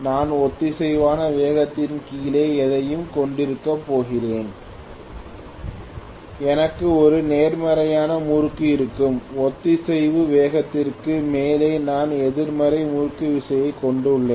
நான் ஒத்திசைவான வேகத்திற்கு கீழே எதையும் கொண்டிருக்கப் போகிறேன் எனக்கு ஒரு நேர்மறையான முறுக்கு இருக்கும் ஒத்திசைவு வேகத்திற்கு மேலே நான் எதிர்மறை முறுக்குவிசை கொண்டுள்ளேன்